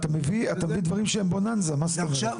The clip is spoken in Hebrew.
אתה מביא דברים שהם בוננזה, מה זאת אומרת?